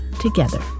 together